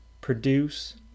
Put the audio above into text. produce